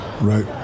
right